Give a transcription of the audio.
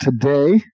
today